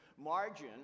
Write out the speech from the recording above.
Margin